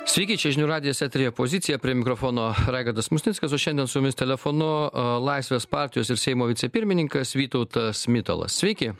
sveiki čia žinių radijas eteryje pozicija prie mikrofono raigardas musnickas o šiandien su jumis telefonu laisvės partijos ir seimo vicepirmininkas vytautas mitalas sveiki